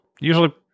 Usually